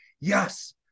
Yes